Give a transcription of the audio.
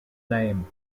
name